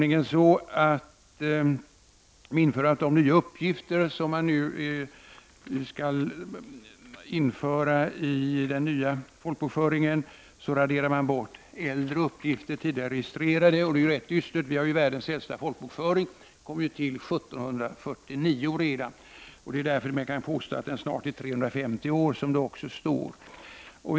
I och med de nya uppgifter som kommer att införas i folkbokföringen raderas gamla tidigare registrerade uppgifter bort. Det är dystert. Vi har ju världens äldsta folkbokföring. Den kom till redan 1749. Därmed kan man säga att den snart är 350 år, såsom det också står i betänkandet.